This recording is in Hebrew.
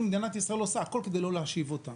מדינת ישראל עושה הכול כדי לא להשיב אותם.